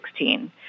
2016